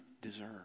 deserve